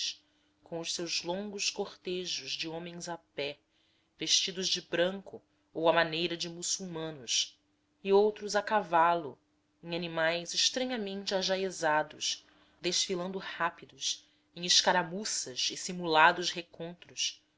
com os seus longos cortejos de homens a pé vestidos de branco ou à maneira de muçulmanos e outros a cavalo em animais estranhamente ajaezados desfilando rápidos em escaramuças e simulados recontros